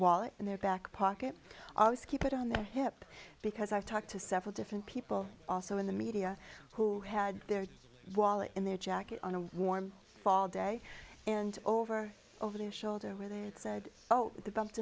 wallet in their back pocket always keep it on the hip because i've talked to several different people also in the media who had their wallet in their jacket on a warm fall day and over over the shoulder where they had said oh the bumped